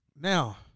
Now